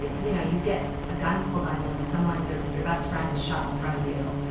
you you know, you get a gun pulled on you and someone you're your best friend is shot in front of you.